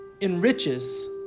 enriches